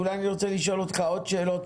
אולי נרצה לשאול אותך עוד שאלות.